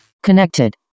Connected